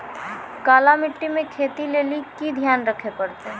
काली मिट्टी मे खेती लेली की ध्यान रखे परतै?